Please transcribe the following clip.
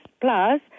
Plus